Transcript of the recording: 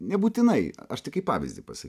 nebūtinai aš tai kaip pavyzdį pasa